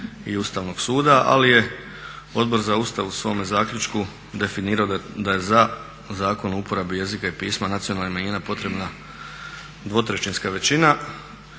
Ustavnog suda. Ali je Odbor za Ustav u svome zaključku definirao da je za Zakon o uporabi jezika i pisma nacionalnih manjina potrebna dvotrećinska većina